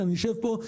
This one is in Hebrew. כשאשב פה,